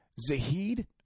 Zahid